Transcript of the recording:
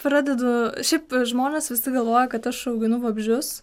pradedu šiaip žmonės visi galvoja kad aš auginu vabzdžius